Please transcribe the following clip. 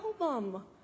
album